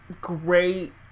great